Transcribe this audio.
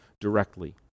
directly